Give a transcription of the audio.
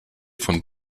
von